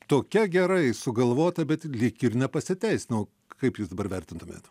tokia gerai sugalvota bet lyg ir nepasiteisino kaip jūs dabar vertintumėt